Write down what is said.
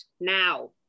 now